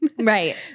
right